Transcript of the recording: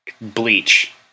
Bleach